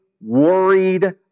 worried